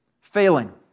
failing